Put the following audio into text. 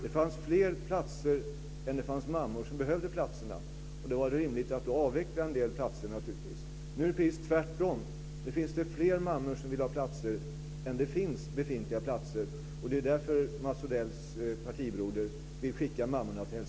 Det fanns fler platser än det fanns mammor som behövde platserna. Då var det naturligtvis rimligt att avveckla en del platser. Nu är det precis tvärtom. Nu finns det fler mammor som vill ha platser än det finns befintliga platser. Det är därför Mats Odells partibroder vill skicka mammorna till